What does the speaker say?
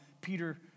Peter